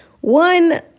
one